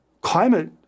climate